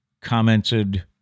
commented